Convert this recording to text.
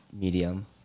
Medium